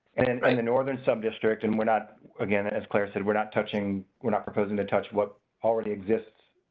and in the northern sub district, and we're not again, as clear said, we're not touching. we're not proposing to touch what already exists.